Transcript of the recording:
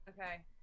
Okay